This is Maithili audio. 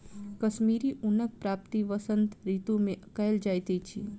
कश्मीरी ऊनक प्राप्ति वसंत ऋतू मे कयल जाइत अछि